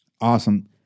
Awesome